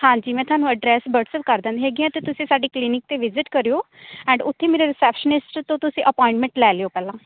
ਹਾਂਜੀ ਮੈਂ ਤੁਹਾਨੂੰ ਐਡਰੈੱਸ ਵਟਸਐਪ ਕਰ ਦਿੰਦੀ ਹੈਗੀ ਹਾਂ ਅਤੇ ਤੁਸੀਂ ਸਾਡੇ ਕਲੀਨਿਕ 'ਤੇ ਵਿਜਿਟ ਕਰਿਓ ਐਂਡ ਉੱਥੇ ਮੇਰਾ ਰਿਸੈਪਸ਼ਨਿਸਟ ਤੋਂ ਤੁਸੀਂ ਅਪੋਆਇੰਟਮੈਂਟ ਲੈ ਲਿਓ ਪਹਿਲਾਂ